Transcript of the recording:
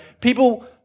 people